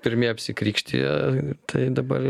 pirmi apsikrikštija tai dabar